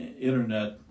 internet